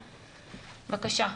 בבקשה.